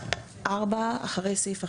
"(4) אחרי סעיף 11",